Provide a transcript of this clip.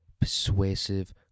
persuasive